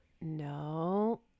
No